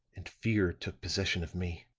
and fear took possession of me.